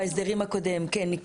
בהסדרים הקודם, כן.